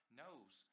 knows